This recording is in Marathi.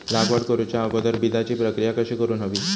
लागवड करूच्या अगोदर बिजाची प्रकिया कशी करून हवी?